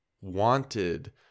wanted